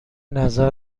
نظر